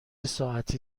ساعتی